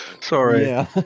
sorry